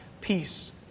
peace